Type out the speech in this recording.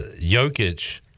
Jokic